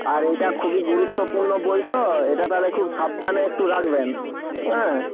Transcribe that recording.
আর এইটা খুবই গুরুত্বপূর্ণ বই তো এটা তাহলে খুব সাবধানে একটু রাখবেন হ্যাঁ